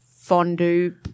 Fondue